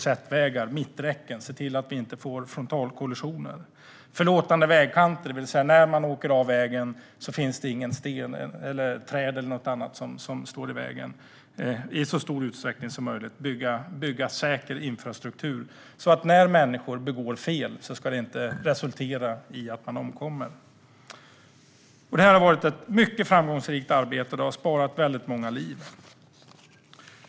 Med hjälp av mitträcken ser man till att det inte blir frontalkollisioner. Det handlade också om förlåtande vägkanter, det vill säga att det inte ska finnas någon sten, något träd eller annat som är i vägen ifall någon kör av vägen. Det handlar om att i så stor utsträckning som möjligt bygga säker infrastruktur. När människor begår fel ska det inte resultera i att man omkommer. Det har varit ett mycket framgångsrikt arbete. Det har sparat många liv.